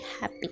happy